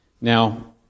Now